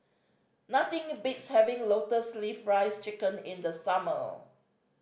nothing beats having lotus leaf rice chicken in the summer